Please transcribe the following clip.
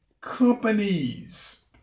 companies